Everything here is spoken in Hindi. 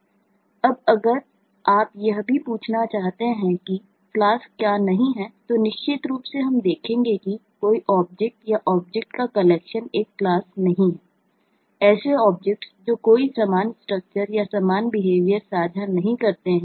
अब अगर आप यह भी पूछना चाहते हैं कि क्लास है